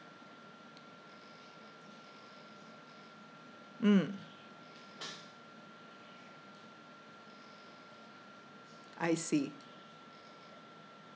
mm I see